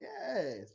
yes